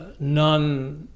nun,